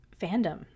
fandom